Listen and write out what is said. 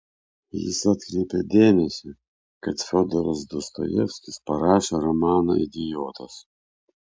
jis atkreipė dėmesį kad fiodoras dostojevskis parašė romaną idiotas